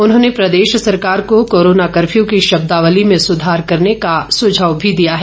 उन्होंने प्रदेश सरकार को कोरोना कफ़र्य् की शब्दावली में सुधार करने का सुझाव भी दिया है